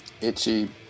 Itchy